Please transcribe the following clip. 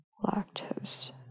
lactose